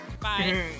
Bye